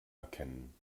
erkennen